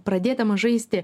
pradėdamas žaisti